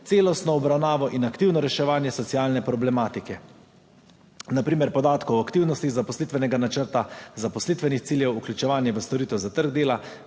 celostno obravnavo in aktivno reševanje socialne problematike, na primer podatkov o aktivnostih zaposlitvenega načrta, zaposlitvenih ciljev, vključevanje v storitev za trg dela,